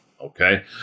Okay